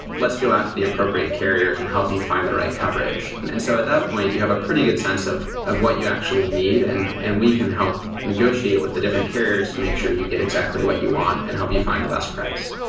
let's go out to the appropriate carriers and help you find the right coverage. and so, at that point, you have a pretty good sense of of what you actually need, and and we can help negotiate with the different carriers to make sure you get exactly what you want and help you find the best price